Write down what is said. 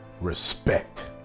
respect